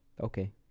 Okay